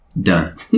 Done